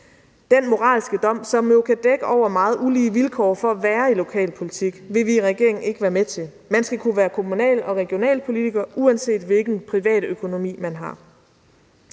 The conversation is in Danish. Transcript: Den moralske dom, som jo kan dække over meget ulige vilkår for at være i lokalpolitik, vil vi i regeringen ikke være med til. Man skal kunne være kommunal- og regionalpolitiker, uanset hvilken privatøkonomi man har.